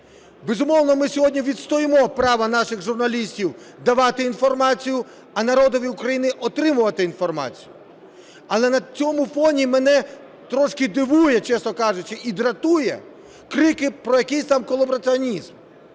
Безумовно, ми сьогодні відстоїмо право наших журналістів дати інформацію, а народові України отримувати інформацію. Але на цьому фоні мене трошки дивують, чесно кажучи, і дратують крики про якийсь там колабораціонізм.